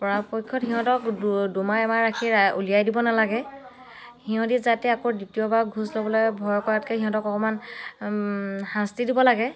পৰাপক্ষত সিহঁতক দুমাহ এমাহ ৰাখি উলিয়াই দিব নালাগে সিহঁতি যাতে আকৌ দ্বিতীয়বাৰ ঘোচ ল'বলৈ ভয় কৰাকৈ সিহঁতক অকমান শাস্তি দিব লাগে